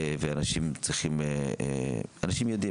ואנשים יודעים,